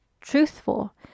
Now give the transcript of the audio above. truthful